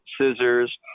scissors